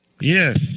Yes